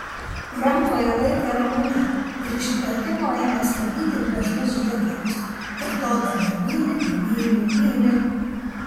rankoje laikė ramunę ir iš įpratimo ėmė skabyti gležnus žiedlapius kartodama myli nemyli myli